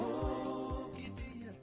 oh yeah